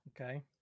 okay